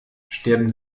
sterben